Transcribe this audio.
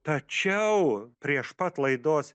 tačiau prieš pat laidos